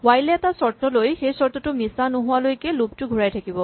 while এ এটা চৰ্ত লৈ সেই চৰ্তটো মিছা নোহোৱালৈকে লুপ টো ঘূৰাই থাকিব